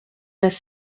las